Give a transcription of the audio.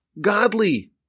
godly